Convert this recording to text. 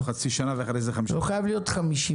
תוך חצי שנה ואחרי זה 50%. לא חייב להיות 50%,